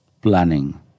planning